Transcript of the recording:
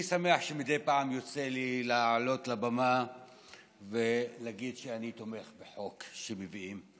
אני שמח שמדי פעם יוצא לי לעלות לבמה ולהגיד שאני תומך בחוק שמביאים.